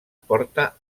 porta